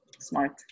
smart